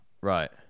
right